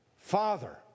Father